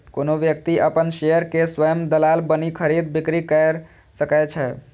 कोनो व्यक्ति अपन शेयर के स्वयं दलाल बनि खरीद, बिक्री कैर सकै छै